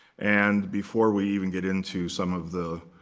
and before we even get into some of the